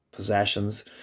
possessions